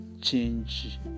change